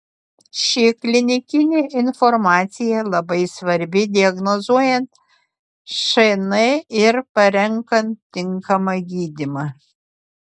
ši klinikinė informacija labai svarbi diagnozuojant šn ir parenkant tinkamą gydymą